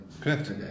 Correct